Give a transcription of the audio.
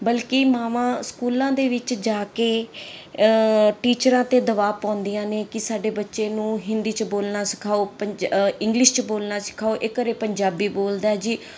ਬਲਕਿ ਮਾਵਾਂ ਸਕੂਲਾਂ ਦੇ ਵਿੱਚ ਜਾ ਕੇ ਟੀਚਰਾਂ ਤੇ ਦਬਾਅ ਪਾਉਂਦੀਆਂ ਨੇ ਕਿ ਸਾਡੇ ਬੱਚੇ ਨੂੰ ਹਿੰਦੀ 'ਚ ਬੋਲਣਾ ਸਿਖਾਓ ਪੰਜਾ ਇੰਗਲਿਸ਼ 'ਚ ਬੋਲਣਾ ਸਿਖਾਓ ਇਹ ਘਰੇ ਪੰਜਾਬੀ ਬੋਲਦਾ ਜੀ